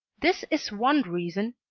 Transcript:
this is one reason,